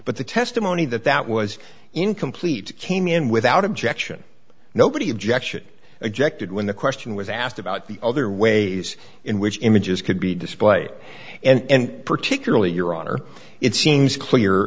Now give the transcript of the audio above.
but the testimony that that was incomplete came in without objection nobody objection a jet did when the question was asked about the other ways in which images could be display and particularly your honor it seems clear